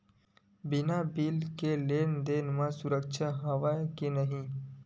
बिना बिल के लेन देन म सुरक्षा हवय के नहीं?